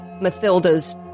Mathilda's